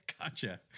Gotcha